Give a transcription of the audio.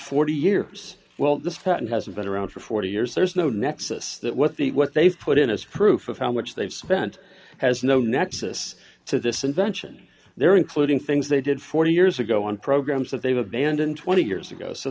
forty years well the sutton has been around for forty years there's no nexus that what the what they put in is proof of how much they've spent has no nexus to this invention they're including things they did forty years ago on programs that they've abandoned twenty years ago so